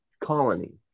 colony